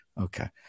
Okay